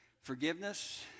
forgiveness